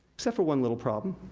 so for one little problem.